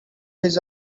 his